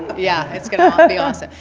yeah, it's gonna be awesome.